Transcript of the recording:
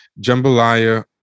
jambalaya